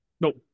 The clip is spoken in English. Nope